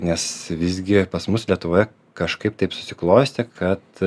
nes visgi pas mus lietuvoje kažkaip taip susiklostė kad